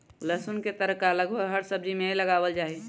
लहसुन के तड़का लगभग हर सब्जी में लगावल जाहई